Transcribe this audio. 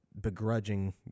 begrudging